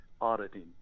auditing